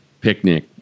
picnic